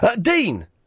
Dean